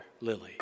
Lily